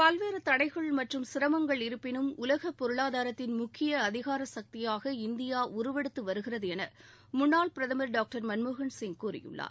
பல்வேறு தடைகள் மற்றும் சிரமங்கள் இருப்பினும் உலக பொருளாதாரத்தின் முக்கிய அதிகார சக்தியாக இந்தியா உருவெடுத்து வருகிறது என முன்னாள் பிரதமர் டாக்டர் மன்மோகன் சிங் கூறியுள்ளார்